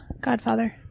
Godfather